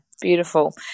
beautiful